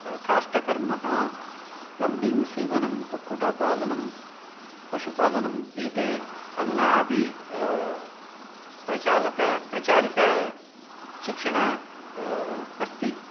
काष्टकर्मः plumbing सीवनम् कुक्कुटपालनम् पशुपालनम् एते अधुना अपि प्रचालत प्रचलितशिक्षण अस्ति